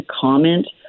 comment